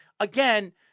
Again